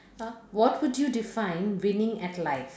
uh what would you define winning at life